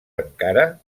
encara